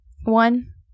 One